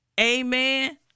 Amen